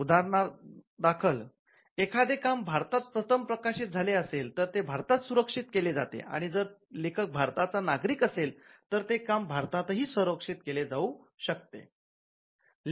उदाहरणादाखल एखादे काम भारतात प्रथम प्रकाशित झाले असेल तर ते भारतात सुरक्षित केले जाते आणि जर लेखक भारताचा नागरिक असेल तर ते काम भारतातही संरक्षित केले जाऊ शकते